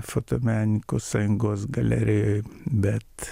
fotomenininkų sąjungos galerijoj bet